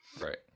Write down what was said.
right